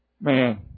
Man